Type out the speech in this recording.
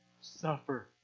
suffer